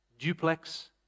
Duplex